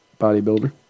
Bodybuilder